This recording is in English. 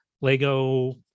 lego